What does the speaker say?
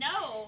No